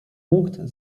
punkt